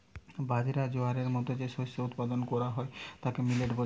বাজরা, জোয়ারের মতো যে শস্য উৎপাদন কোরা হয় তাকে মিলেট বলছে